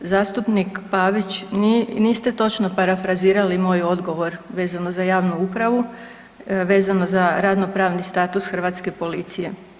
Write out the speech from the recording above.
Zastupnik Pavić niste točno parafrazirali moj odgovor vezano za javnu upravu, vezano za radno-pravni status hrvatske policije.